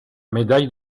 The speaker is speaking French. médaille